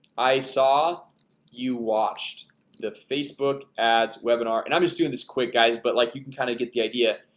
i saw you watched the facebook ads webinar and i'm just doing this quick guys, but like you can kind of get the idea